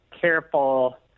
careful